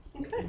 Okay